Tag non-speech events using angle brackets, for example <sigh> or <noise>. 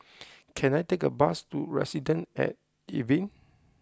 <noise> can I take a bus to Residences at Evelyn